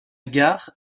gare